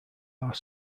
are